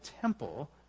temple